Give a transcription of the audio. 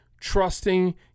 trusting